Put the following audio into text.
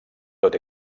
tot